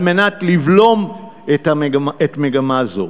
על מנת לבלום מגמה זו.